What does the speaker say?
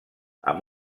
amb